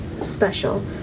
special